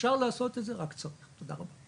תודה רבה.